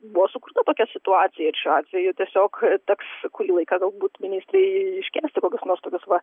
buvo sukurta tokia situacija ir šiuo atveju tiesiog teks kurį laiką galbūt ministerijai iškęsti kokius nors tokius va